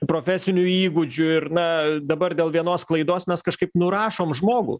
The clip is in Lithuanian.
profesinių įgūdžių ir na dabar dėl vienos klaidos mes kažkaip nurašom žmogų